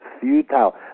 futile